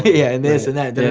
yeah, and this and that.